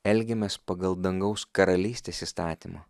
elgiamės pagal dangaus karalystės įstatymą